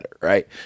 right